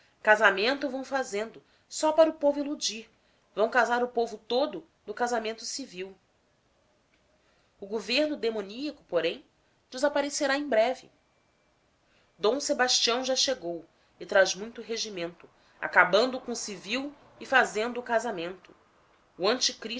casamento vão fazendo só para o povo iludir vão casar o povo todo no casamento civil o governo demoníaco porém desaparecerá em breve d sebastião já chegou e traz muito regimento acabando com o civil e fazendo o casamento o anticristo